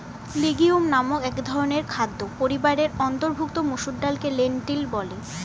legume নামক একধরনের খাদ্য পরিবারের অন্তর্ভুক্ত মসুর ডালকে লেন্টিল বলে